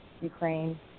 Ukraine